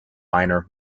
minor